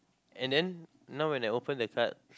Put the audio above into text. and then now when I open the card